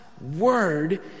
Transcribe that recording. word